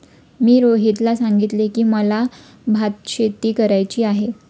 मी रोहितला सांगितले की, मला भातशेती करायची आहे